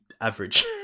average